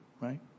Right